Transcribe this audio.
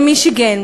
במישיגן.